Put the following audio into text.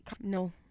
No